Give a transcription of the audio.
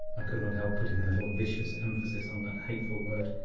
i could not help putting a little vicious emphasis on that hateful word.